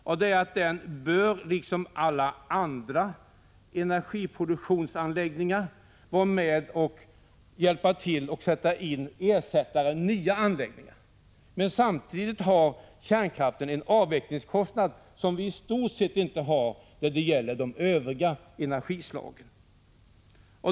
Kärnkraftsanläggningar bör liksom alla andra energiproduktionsanläggningar vara med och hjälpa till att bekosta nya anläggningar. Men samtidigt har vi när det gäller kärnkraften en avvecklingskostnad som vi i stort sett inte har när det gäller övriga energislag.